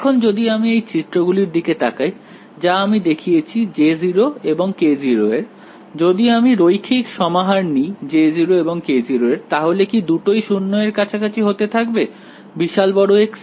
এখন যদি আমি এই চিত্র গুলির দিকে তাকাই যা আমি দেখিয়েছি J0 এবং K0 এর যদি আমি রৈখিক সমাহার নিই J0 এবং K0 এর তাহলে কি দুটোই 0 এর কাছাকাছি হতে থাকবে বিশাল বড় x এ